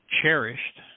cherished